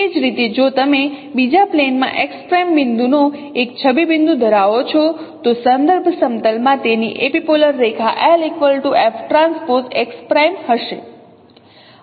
એ જ રીતે જો તમે બીજા પ્લેનમાં x' બિંદુનો એક છબી બિંદુ ધરાવો છો તો સંદર્ભ સમતલ માં તેની એપિપોલર રેખા lFTx' હશે